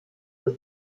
das